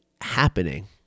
happening